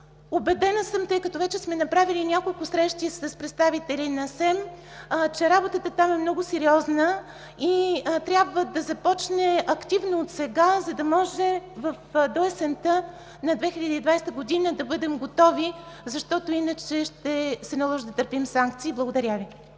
Убедена съм, тъй като вече сме направили няколко срещи с представители на СЕМ, че работата там е много сериозна и трябва да започне активно отсега, за да може до есента на 2020 г. да бъдем готови, защото иначе ще се наложи да търпим санкции. Благодаря Ви.